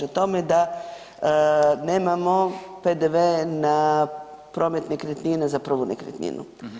O tome da nemamo PDV na promet nekretnina za prvu nekretninu.